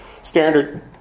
Standard